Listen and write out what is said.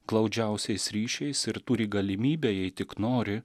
glaudžiausiais ryšiais ir turi galimybę jei tik nori